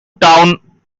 town